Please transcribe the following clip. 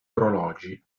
orologi